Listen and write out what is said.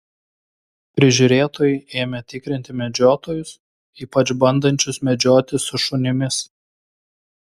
prižiūrėtojai ėmė tikrinti medžiotojus ypač bandančius medžioti su šunimis